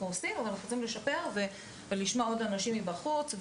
אנחנו עושים אבל אנחנו רוצים לשפר ולשמוע עוד אנשים מהחוץ,